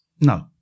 No